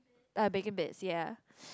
ah bacon bits ya